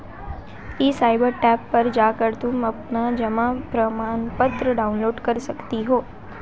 ई service tab पर जाकर तुम अपना जमा प्रमाणपत्र डाउनलोड कर सकती हो